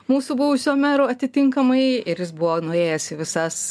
mūsų buvusio mero atitinkamai ir jis buvo nuėjęs į visas